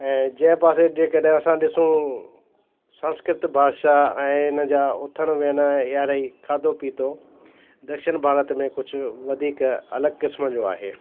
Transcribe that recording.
ऐं जंहिं पासे जेकॾहिं असां ॾिसूं संस्कृत भाषा ऐं इन जा उथणु वेहणु यारा खाधो पीतो दक्षिण भारत में कुझु वधीक अलॻि क़िस्म जो आहे